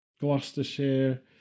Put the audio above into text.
Gloucestershire